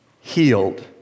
healed